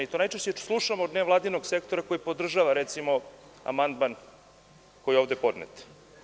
To najčešće slušamo od nevladinog sektora koji podržava, recimo, amandman koji je ovde podnet.